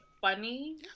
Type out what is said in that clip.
funny